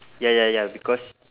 ya ya ya because